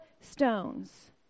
stones